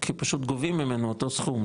כי פשוט גובים ממנו את אותו סכום,